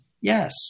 yes